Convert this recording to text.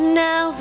now